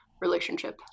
relationship